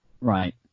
Right